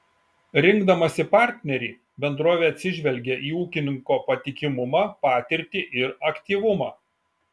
rinkdamasi partnerį bendrovė atsižvelgia į ūkininko patikimumą patirtį ir aktyvumą